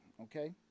okay